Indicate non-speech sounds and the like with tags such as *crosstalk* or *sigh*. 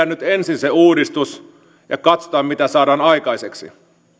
*unintelligible* nyt ensin se uudistus ja katsotaan mitä saadaan aikaiseksi